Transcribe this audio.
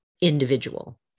individual